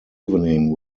evening